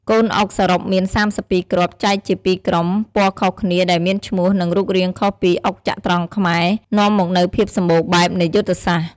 កូនអុកសរុបមាន ៣២ គ្រាប់ ចែកជាពីរក្រុម ពណ៌ខុសគ្នា ដែលមានឈ្មោះ និងរូបរាងខុសពីអុកចត្រង្គខ្មែរ នាំមកនូវភាពសម្បូរបែបនៃយុទ្ធសាស្ត្រ។